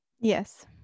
Yes